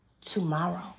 tomorrow